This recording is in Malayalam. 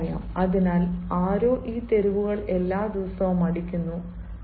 The streets are swept every day അതിനാൽ ആരോ ഈ തെരുവുകൾ എല്ലാ ദിവസവും അടിക്കുന്നു